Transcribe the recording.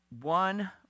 one